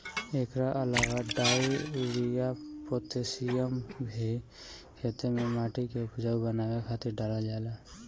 एकरा अलावा डाई, यूरिया, पोतेशियम भी खेते में माटी के उपजाऊ बनावे खातिर डालल जाला